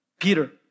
Peter